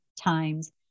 times